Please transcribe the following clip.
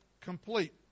complete